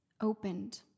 opened